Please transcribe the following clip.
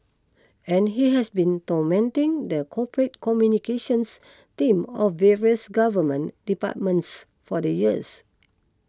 and he has been tormenting the corporate communications team of various government departments for the years